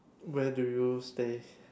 where do you stay